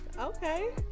Okay